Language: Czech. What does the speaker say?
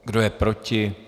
Kdo je proti?